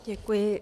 Děkuji.